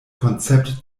konzept